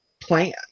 plan